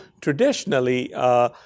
traditionally